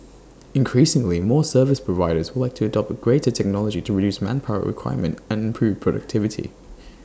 increasingly more service providers would like to adopt greater technology to reduce manpower requirement and improve productivity